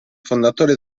fondatori